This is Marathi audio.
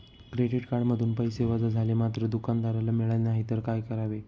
क्रेडिट कार्डमधून पैसे वजा झाले मात्र दुकानदाराला मिळाले नाहीत तर काय करावे?